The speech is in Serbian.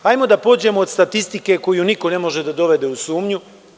Hajde da pođemo od statistike koju niko ne može da dovede u sumnju.